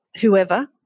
Whoever